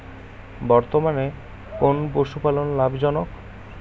বর্তমানে কোন পশুপালন লাভজনক?